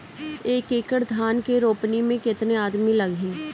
एक एकड़ धान के रोपनी मै कितनी आदमी लगीह?